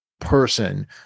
person